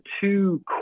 two